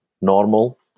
normal